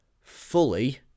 fully